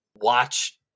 watch